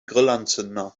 grillanzünder